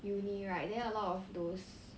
uni right then a lot of those